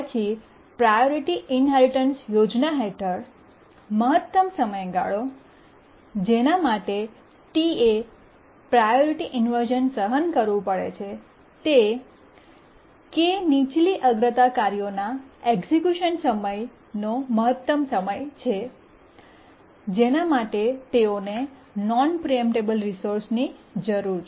પછી priority inheritance યોજના હેઠળ મહત્તમ સમયગાળો જેના માટે Ta પ્રાયોરિટી ઇન્વર્શ઼ન સહન કરવું પડે છે તે k નીચલી અગ્રતા કાર્યોના એક્સક્યૂશન સમયનો મહત્તમ સમય છે જેના માટે તેઓને નોન પ્રીએમ્પટેબલ રિસોર્સની જરૂર છે